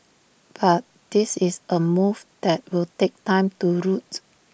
but this is A move that will take time to roots